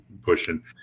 pushing